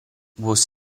was